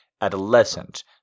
adolescent